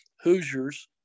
Hoosiers